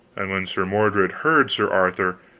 and when sir mordred heard sir arthur,